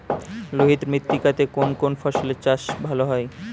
লোহিত মৃত্তিকা তে কোন কোন ফসলের চাষ ভালো হয়?